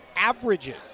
averages